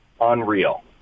unreal